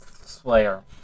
slayer